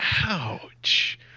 Ouch